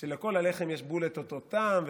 ולכל הלחם יש בול את אותו הטעם,